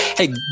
Hey